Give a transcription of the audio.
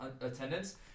attendance